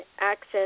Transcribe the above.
Access